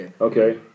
Okay